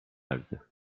erdi